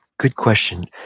good question.